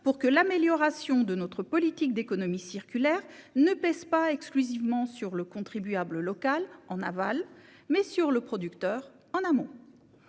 pour que l'amélioration de notre politique d'économie circulaire pèse non pas exclusivement sur le contribuable local, en aval, mais aussi sur le producteur, en amont.